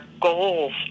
goals